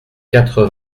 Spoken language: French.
quatre